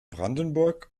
brandenburg